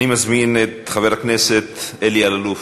אני מזמין את חבר הכנסת אלי אלאלוף,